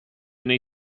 nei